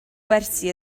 gwersi